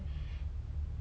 还是三年